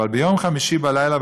אבל ביום חמישי בלילה,